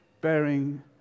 bearing